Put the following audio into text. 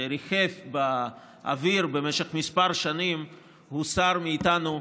שריחף באוויר במשך כמה שנים הוסר מאיתנו,